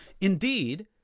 Indeed